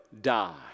die